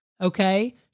Okay